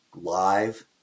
live